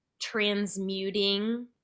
transmuting